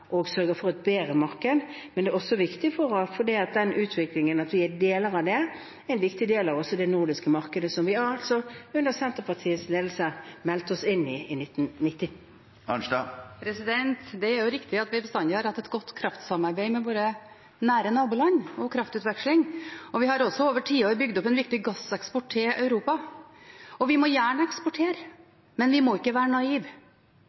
og sørger for et bedre marked. Men den utviklingen – at vi er deler av det – er en viktig del også av det nordiske markedet, som vi altså under Senterpartiets ledelse meldte oss inn i i 1990. Det er riktig at vi bestandig har hatt et godt kraftsamarbeid med våre nære naboland, og kraftutveksling, og vi har også over tiår bygd opp en viktig gasseksport til Europa. Vi må gjerne eksportere, men vi må ikke være naive.